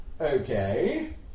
Okay